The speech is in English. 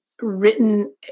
written